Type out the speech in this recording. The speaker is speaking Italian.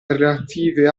relative